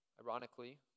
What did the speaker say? Ironically